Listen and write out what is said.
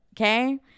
Okay